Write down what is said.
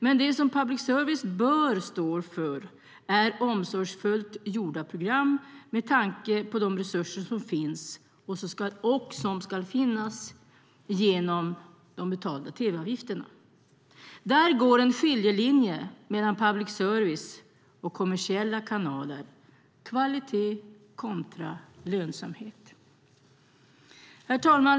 Men det som public service bör stå för är omsorgsfullt gjorda program med tanke på de resurser som finns och som ska finnas genom de inbetalda tv-avgifterna. Där går en skiljelinje mellan public service och kommersiella kanaler - kvalitet kontra lönsamhet. Herr talman!